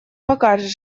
покажут